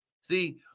See